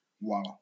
Wow